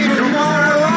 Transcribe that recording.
tomorrow